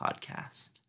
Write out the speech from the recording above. podcast